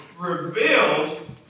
reveals